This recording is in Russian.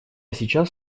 сейчас